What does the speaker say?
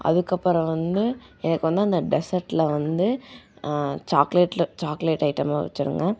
அதுக்கப்புறம் வந்து எனக்கு வந்து அந்த டெசர்ட்டில் வந்து சாக்லேட்டில் சாக்லேட் ஐட்டம்லாம் வச்சுடுங்க